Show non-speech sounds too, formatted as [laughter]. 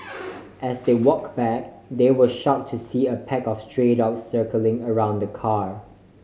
[noise] as they walk back they were shock to see a pack of stray dogs circling around the car